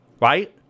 Right